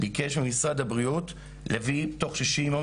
ביקש משרד הבריאות להביא בתוך 60 ימים